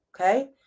okay